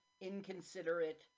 inconsiderate